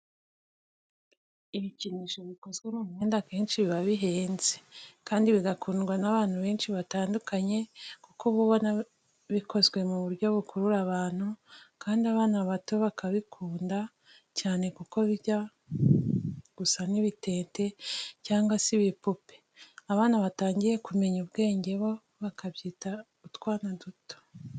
Ibikinisho bikoze mu myenda akenshi biba bihenze, kandi bigakundwa n'abantu benshi batandukanye kuko uba ubona bikozwe mu buryo bukurura abantu kandi abana bato bakabikunda cyane kuko biba bijya gusa n'ibitente cyangwa se ibipupe, abana batangiye kumenya ubwenge bo bakabyita utwana twabo.